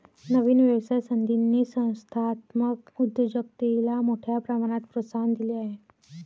नवीन व्यवसाय संधींनी संस्थात्मक उद्योजकतेला मोठ्या प्रमाणात प्रोत्साहन दिले आहे